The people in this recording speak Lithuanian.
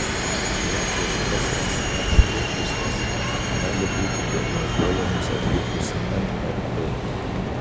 retos ssh priežastys gali būti diagnozuojamos atlikus mrt